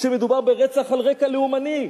ברצח על רקע לאומני.